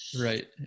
right